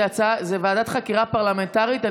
זו הצעה להקמת חקירה פרלמנטרית.